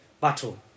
battle